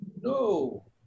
no